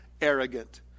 arrogant